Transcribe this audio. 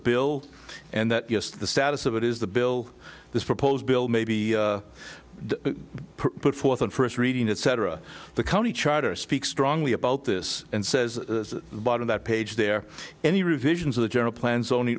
bill and that yes the status of it is the bill this proposed bill maybe to put forth on first reading etc the county charter speak strongly about this and says a lot of that page there any revisions of the general plans only